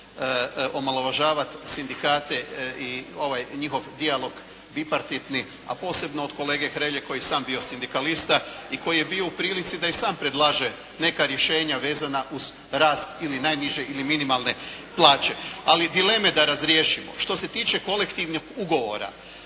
nekorektno omalovažavati sindikate i ovaj njihov dijalog bipartitni a posebno od kolege Hrelje koji je sam bio sindikalista i koji je bio u prilici da i sam predlaže neka rješenja vezana uz rast ili najniže ili minimalne plaće. Ali dileme da razriješimo. Što se tiče kolektivnog ugovora